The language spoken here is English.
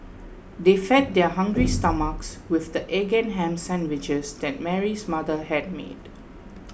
they fed their hungry stomachs with the egg and ham sandwiches that Mary's mother had made